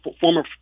former